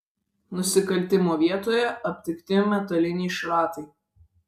nusikaltimo vietoje aptikti metaliniai šratai